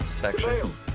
section